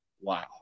wow